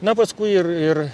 na paskui ir ir